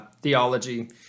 theology